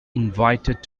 invited